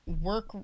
work